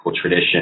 tradition